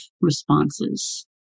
responses